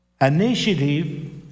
initiative